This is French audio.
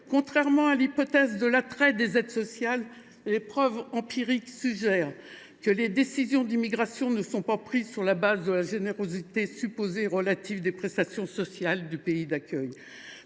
contrairement à l’hypothèse de l’attrait des aides sociales, les preuves empiriques suggèrent que les décisions d’immigration ne sont pas prises sur la base de la générosité relative des prestations sociales du pays d’accueil,